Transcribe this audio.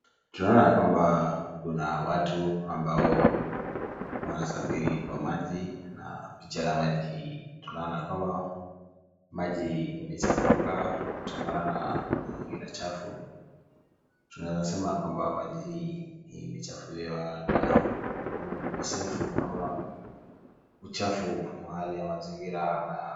Tunaona ya kwamba kuna watu ambao wanasafiri kwa maji na picha ya maji hii tunaona kwamba maji imechafuka kutokana na mazingira chafu. Tunaweza sema ya kwamba maji hii imechafuliwa na ukosefu ama uchafu wa hali ya mazingira ama...